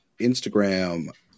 Instagram